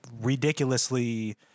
ridiculously